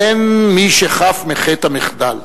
אין מי שחף מחטא המחדל.